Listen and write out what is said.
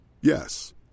Yes